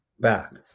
back